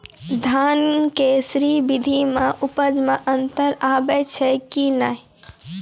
धान के स्री विधि मे उपज मे अन्तर आबै छै कि नैय?